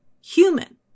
human